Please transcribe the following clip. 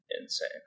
insane